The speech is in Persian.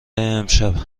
امشب